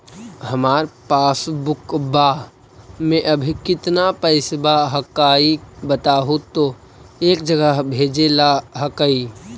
हमार पासबुकवा में अभी कितना पैसावा हक्काई बताहु तो एक जगह भेजेला हक्कई?